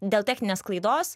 dėl techninės klaidos